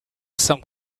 some